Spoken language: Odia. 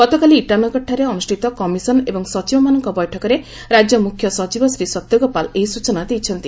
ଗତକାଲି ଇଟାନଗରଠାରେ ଅନୁଷ୍ଠିତ କମିଶନ ଏବଂ ସଚିବମାନଙ୍କ ବୈଠକରେ ରାଜ୍ୟ ମ୍ରଖ୍ୟ ସଚିବ ଶ୍ରୀ ସତ୍ୟ ଗୋପାଳ ଏହି ସୂଚନା ଦେଇଛନ୍ତି